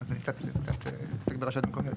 אז אני קצת מבין ברשויות מקומיות.